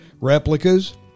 replicas